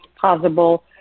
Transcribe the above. possible